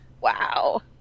Wow